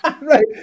Right